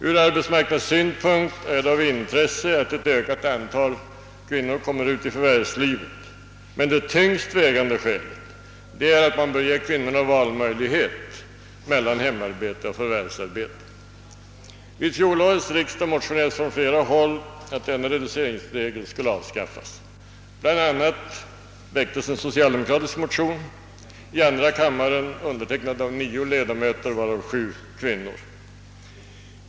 Ur arbetsmarknadssynpunkt är det av intresse, att ett ökat antal kvinnor kommer ut i förvärvslivet, men det tyngst vägande skälet är att man bör ge kvinnorna valmöjlighet mellan hemmarbete och förvärvsarbete. Vid fjolårets riksdag motionerades från flera håll om att denna reduceringsregel skulle avskaffas. Bl.a. väcktes en socialdemokratisk motion i andra kammaren, undertecknad av nio ledamöter varav sju kvinnor.